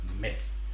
myth